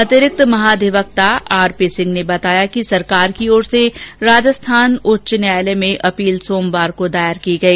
अतिरिक्त महाधिवक्ता R P Singh ने बताया कि सरकार की ओर से राजस्थान उच्च न्यायालय में अपील सोमवार को दायर की गई